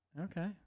Okay